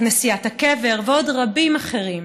כנסיית הקבר ועוד רבים אחרים.